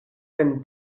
sen